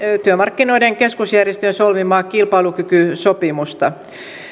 työmarkkinoiden keskusjärjestöjen solmimaa kilpailukykysopimusta